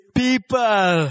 people